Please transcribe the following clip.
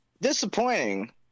Disappointing